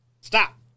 stop